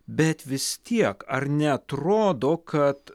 bet vis tiek ar neatrodo kad